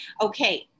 okay